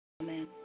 Amen